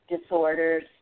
disorders